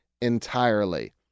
entirely